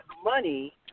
Money